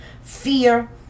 fear